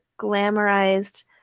glamorized